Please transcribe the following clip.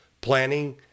planning